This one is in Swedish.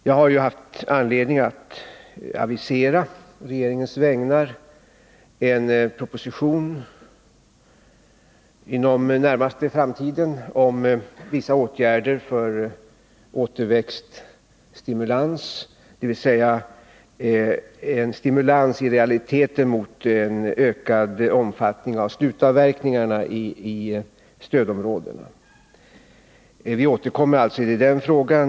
Jag har haft anledning att å regeringens vägnar avisera att det inom den närmaste framtiden kommer att läggas fram en proposition om vissa åtgärder för återväxtstimulans, i realiteten syftande till en ökad omfattning av slutavverkningarna i stödområdet. Vi återkommer alltså i den frågan.